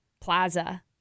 Plaza